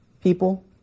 people